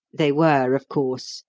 they were, of course,